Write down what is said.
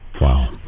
wow